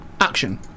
Action